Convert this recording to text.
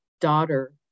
daughter